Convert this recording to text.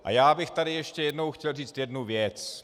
A já bych tady ještě jednou chtěl říci jednu věc.